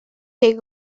take